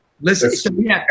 Listen